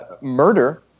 murder